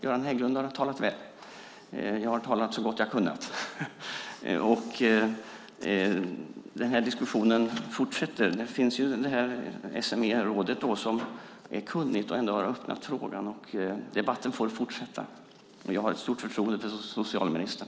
Göran Hägglund har talat väl, och jag har talat så gott jag har kunnat. Diskussionen fortsätter. Smer är kunnigt och har tagit upp frågan. Debatten får fortsätta, och jag har stort förtroende för socialministern.